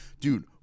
dude